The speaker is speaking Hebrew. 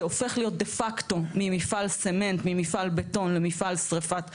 זה הופך להיות דה פקטו ממפעל צמנט ממפעל בטון למפעל שריפת פסולת,